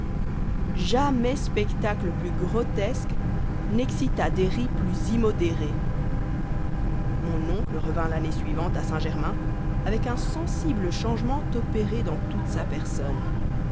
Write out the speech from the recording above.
jamais spectacle plus grotesque n'excita des ris plus immodérés mon oncle revint l'année suivante à saint-germain avec un sensible changement opéré dans toute sa personne